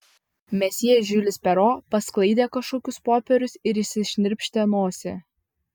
mesjė žiulis pero pasklaidė kažkokius popierius ir išsišnirpštė nosį